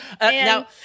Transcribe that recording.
Now